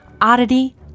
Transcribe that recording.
oddity